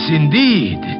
indeed